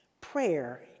prayer